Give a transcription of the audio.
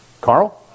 Carl